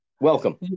Welcome